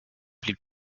blieb